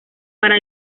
para